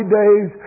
days